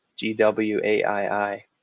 G-W-A-I-I